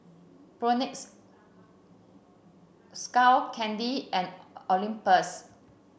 Propnex Skull Candy and Olympus